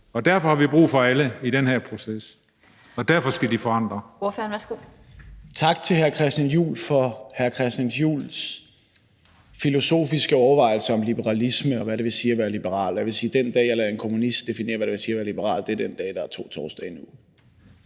Derfor har vi brug for alle i den her proces, og derfor skal de skabe